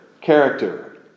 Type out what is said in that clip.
character